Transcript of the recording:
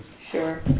Sure